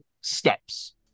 steps